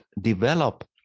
develop